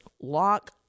lock